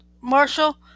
Marshall